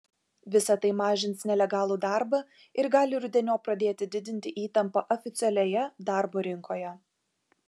visa tai mažins nelegalų darbą ir gali rudeniop pradėti didinti įtampą oficialioje darbo rinkoje